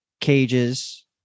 cages